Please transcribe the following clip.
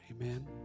Amen